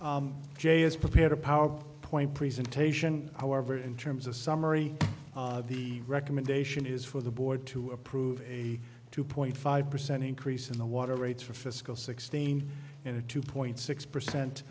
has prepared a power point presentation however in terms of summary of the recommendation is for the board to approve a two point five percent increase in the water rates for fiscal sixteen and a two point six percent